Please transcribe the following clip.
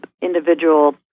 individual